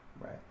right